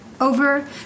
over